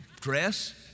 dress